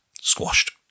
squashed